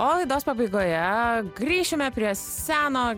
o laidos pabaigoje grįšime prie seno